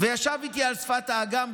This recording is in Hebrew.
וישב איתי על שפת האגם.